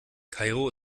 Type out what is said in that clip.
kairo